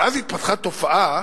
ואז התפתחה תופעה